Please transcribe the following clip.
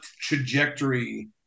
trajectory